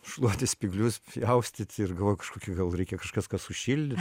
šluoti spyglius pjaustyti ir galvoju kažkokių gal reikia kažkas kas sušildys